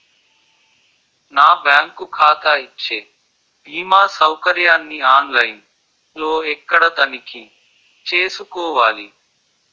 నా బ్యాంకు ఖాతా ఇచ్చే భీమా సౌకర్యాన్ని ఆన్ లైన్ లో ఎక్కడ తనిఖీ చేసుకోవాలి?